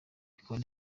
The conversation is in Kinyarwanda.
rikaba